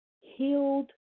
healed